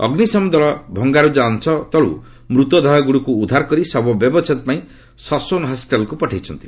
ଅଗ୍ନିଶମ ଦଳ ଭଙ୍ଗାରୁଜା ଅଂଶ ତଳୁ ମୃତଦେହଗୁଡ଼ିକ ଉଦ୍ଧାର କରି ଶବ ବ୍ୟବଚ୍ଛେଦ ପାଇଁ ସାଶୋନ ହସ୍କିଟାଲକୁ ପଠାଇଛନ୍ତି